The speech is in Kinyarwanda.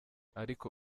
ariko